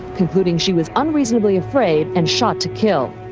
concluding she was unreasonably afraid and shot to kill.